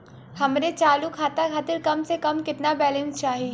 हमरे चालू खाता खातिर कम से कम केतना बैलैंस चाही?